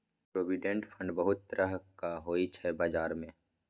provident fund बहुत तरहक होइ छै बजार मे